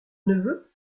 neveu